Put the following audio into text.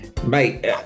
Mate